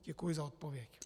Děkuji za odpověď.